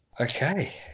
Okay